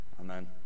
Amen